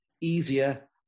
easier